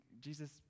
Jesus